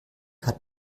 hat